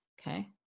Okay